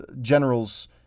generals